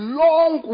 long